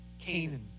Canaan